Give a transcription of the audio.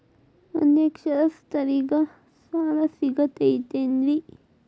ಅನಕ್ಷರಸ್ಥರಿಗ ಸಾಲ ಸಿಗತೈತೇನ್ರಿ?